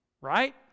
Right